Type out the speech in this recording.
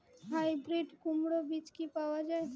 Hybrid কুমড়ার বীজ কি পাওয়া য়ায়?